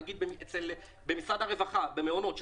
נגיד במשרד הרווחה במעונות,